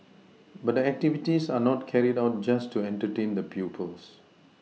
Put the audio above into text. but the activities are not carried out just to entertain the pupils